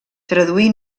traduí